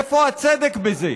איפה הצדק בזה?